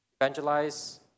evangelize